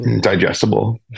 digestible